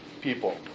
people